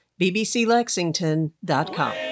bbclexington.com